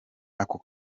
ako